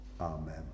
Amen